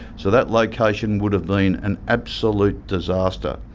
so that location would have been an absolute disaster.